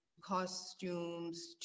costumes